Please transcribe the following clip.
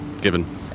given